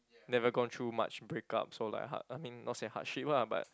never gone through much breakups or like hard I mean not say hardship ah but